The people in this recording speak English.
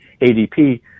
ADP